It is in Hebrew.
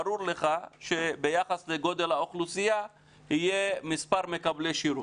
ברור לך שביחס לגודל האוכלוסייה יהיה מספר מקבלי שירות.